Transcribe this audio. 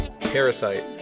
Parasite